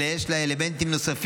אלא יש לה אלמנטים נוספים,